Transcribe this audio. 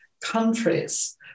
countries